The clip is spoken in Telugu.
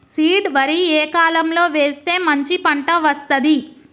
సీడ్ వరి ఏ కాలం లో వేస్తే మంచి పంట వస్తది?